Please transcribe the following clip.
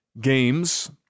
games